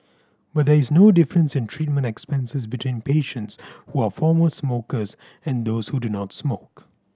but there is no difference in treatment expenses between patients who are former smokers and those who do not smoke